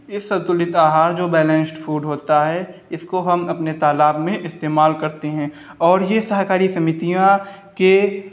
ये संतुलित आहार जो बैलेंस्ड फ़ूड होता है इसको हम अपने तालाब में इस्तेमाल करते हैं और ये सहकारी समितियां के